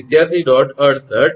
68 152